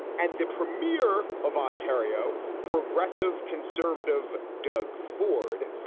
and the premier of ontario, progressive conservative doug ford,